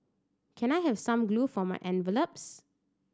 can I have some glue for my envelopes